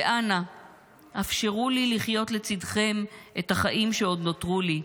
ואנא אפשרו לי לחיות לצידכם את החיים שעוד נותרו לי".